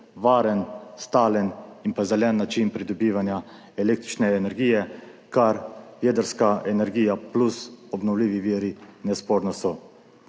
varen, stalni in zeleni način pridobivanja električne energije, kar jedrska energija plus obnovljivi viri nesporno so.